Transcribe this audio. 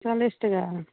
चालिस टकै